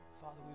Father